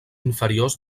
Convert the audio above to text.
inferiors